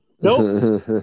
Nope